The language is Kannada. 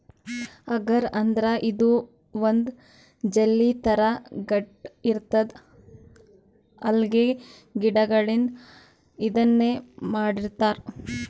ಅಗರ್ ಅಂದ್ರ ಇದು ಒಂದ್ ಜೆಲ್ಲಿ ಥರಾ ಗಟ್ಟ್ ಇರ್ತದ್ ಅಲ್ಗೆ ಗಿಡಗಳಿಂದ್ ಇದನ್ನ್ ಮಾಡಿರ್ತರ್